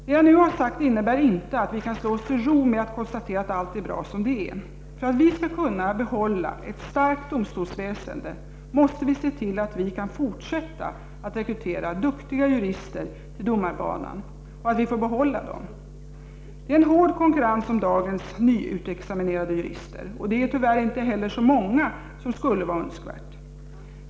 Det jag nu har sagt innebär inte att vi kan slå oss till ro med att konstatera att allt är bra som det är. För att vi skall kunna behålla ett starkt domstolsväsende måste vi se till att vi kan fortsätta att rekrytera duktiga jurister till domarbanan och att vi får behålla dem. Det är en hård konkurrens om dagens nyutexaminerade jurister, och de är tyvärr inte heller så många som skulle vara önskvärt.